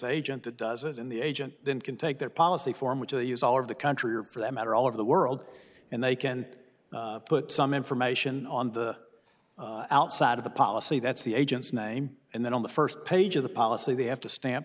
agent that does it in the agent then can take their policy form which they use all of the country or for that matter all over the world and they can put some information on the outside of the policy that's the agent's name and then on the first page of the policy they have to stamp